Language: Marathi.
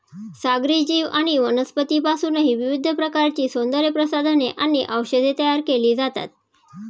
सागरी जीव आणि वनस्पतींपासूनही विविध प्रकारची सौंदर्यप्रसाधने आणि औषधे तयार केली जातात